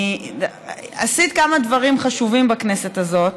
עשית כמה דברים חשובים בכנסת הזאת.